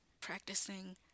practicing